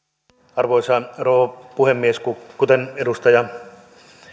arvoisa rouva puhemies kuten edustaja